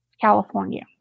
California